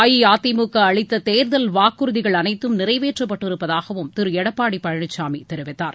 அஇஅதிமுக அளித்த தேர்தல் வாக்குறுதிகள் அனைத்தும் நிறைவேற்றப்பட்டிருப்பதாகவும் திரு எடப்பாடி பழனிசாமி தெரிவித்தார்